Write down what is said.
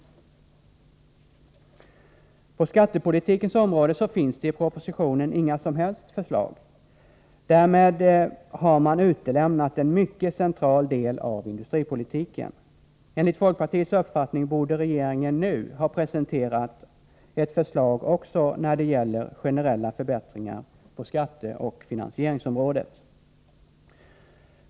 På skattepolitikens område finns i propositionen inga som helst förslag. Därmed har man utelämnat en mycket central del av industripolitiken. Enligt folkpartiets uppfattning borde regeringen nu ha presenterat ett förslag också när det gäller generella förbättringar på skatteoch finansieringsområdet.